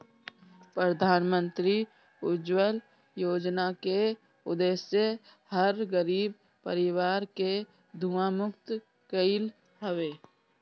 प्रधानमंत्री उज्ज्वला योजना के उद्देश्य हर गरीब परिवार के धुंआ मुक्त कईल हवे